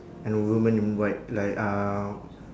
and a woman in white like uh